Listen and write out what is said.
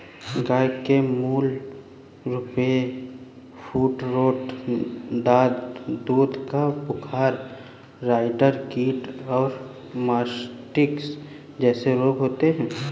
गय के मूल रूपसे फूटरोट, दाद, दूध का बुखार, राईडर कीट और मास्टिटिस जेसे रोग होते हें